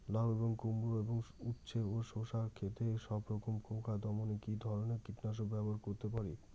লাউ এবং কুমড়ো এবং উচ্ছে ও শসা ক্ষেতে সবরকম পোকা দমনে কী ধরনের কীটনাশক ব্যবহার করতে পারি?